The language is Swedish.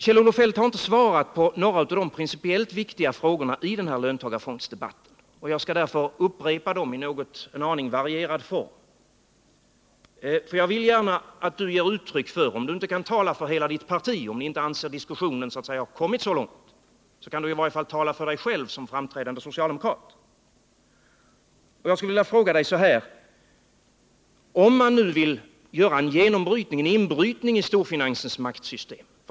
Kjell-Olof Feldt har inte svarat på några av de principiellt viktiga frågorna i den här löntagarfondsdebatten, och jag skall därför upprepa dem i en aning varierad form. Jag vill gärna att du i alla fall ger uttryck för dina egna synpunkter som framträdande socialdemokrat, om du inte anser att diskussionen har kommit så långt att du kan tala för hela ditt parti. Jag skulle vilja fråga dig så här: Vill man nu göra en genombrytning, en inbrytning i storfinansens maktsystem?